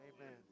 Amen